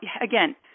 again